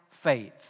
faith